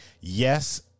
yes